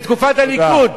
בתקופת הליכוד,